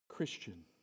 Christian